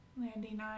landing